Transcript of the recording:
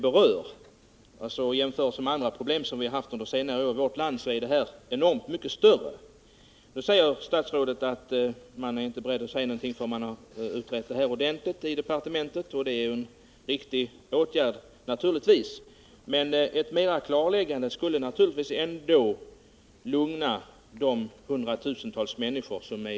I jämförelse med andra problem som vi har haft under senare år i vårt land är detta enormt mycket större. Statsrådet säger nu att regeringen inte är beredd att ta ställning till frågan förrän den utretts ordentligt, och det är givetvis en riktig åtgärd, men ett klarläggande uttalande skulle ändå lugna de hundratusentals människor som berörs.